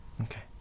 Okay